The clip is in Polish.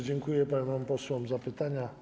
Dziękuję panom posłom za pytania.